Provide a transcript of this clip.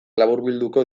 laburbilduko